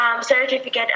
certificate